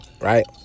Right